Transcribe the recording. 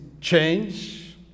change